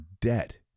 debt